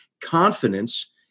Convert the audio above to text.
confidence